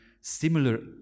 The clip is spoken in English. similar